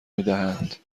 میدهند